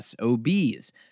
SOBs